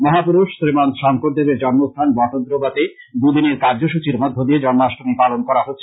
মহাপুরুষ শ্রীমন্ত শংকরদেবের জন্ম স্থান বটদ্রবাতে দু দিনের কার্যসূচীর মধ্য দিয়ে জন্মাষ্টমী পালন করা হচ্ছে